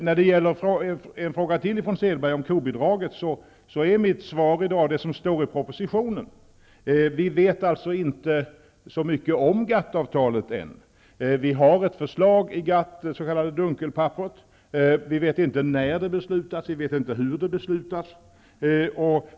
När det gäller frågan från Selberg om kobidraget är mitt svar det som står i propositionen. Vi vet alltså ännu inte så mycket om GATT-avtalet. Vi har ett förslag i det s.k. Dunkelpappret -- vi vet inte när det beslutas, vi vet inte hur det beslutas.